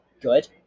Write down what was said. good